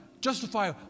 justify